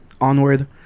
Onward